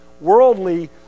worldly